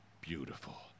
Beautiful